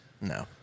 No